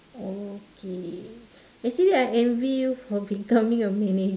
okay actually I envy you for becoming a manager